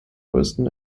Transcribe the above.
größten